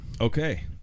Okay